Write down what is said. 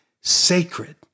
sacred